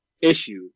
issue